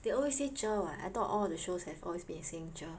they always say 者 [what] I thought all the shows have always been saying 者